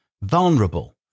vulnerable